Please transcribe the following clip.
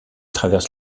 traverse